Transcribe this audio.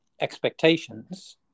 expectations